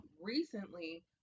recently